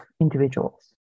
individuals